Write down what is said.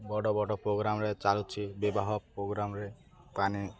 ବଡ଼ ବଡ଼ ପୋଗ୍ରାମ୍ରେ ଚାଲୁଛି ବିବାହ ପ୍ରୋଗ୍ରାମ୍ରେ ପାଣି